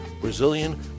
Brazilian